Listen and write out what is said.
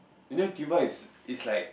you know tuba is is like